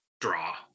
draw